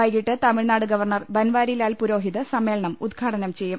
വൈകിട്ട് തമിഴ്നാട് ഗവർണർ ബൻവാരി ലാൽ പുരോഹിത് സമ്മേളനം ഉദ്ഘാടനം ചെയ്യും